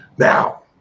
Now